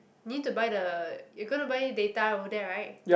need to buy the you're going to buy data over there right